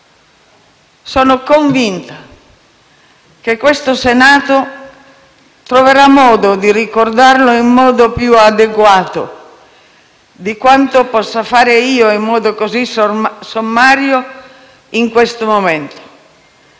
Sono convinta che questo Senato troverà modo di ricordarlo in maniera più adeguata di quanto possa fare io in modo così sommario in questo momento.